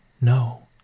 no